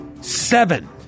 Seven